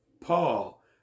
Paul